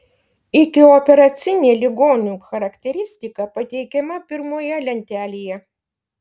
ikioperacinė ligonių charakteristika pateikiama pirmoje lentelėje